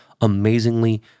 amazingly